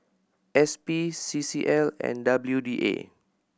S P C C L and W D A